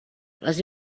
les